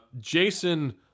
Jason